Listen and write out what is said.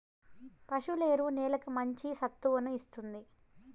పశువుల ఎరువు నేలకి మంచి సత్తువను ఇస్తుంది